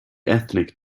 ethnic